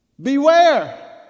Beware